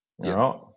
right